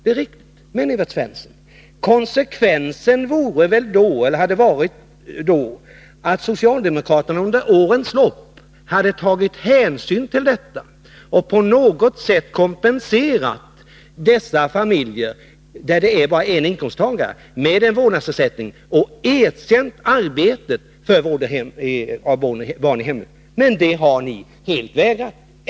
Det är riktigt. Men, Evert Svensson, konsekvensen borde väl ha varit att socialdemokraterna under årens lopp hade tagit hänsyn till detta och på något sätt kompenserat familjer med bara en inkomsttagare genom en vårdnadsersättning och erkänt arbetet med vård av barn i hemmet. Det har ni helt vägrat inse.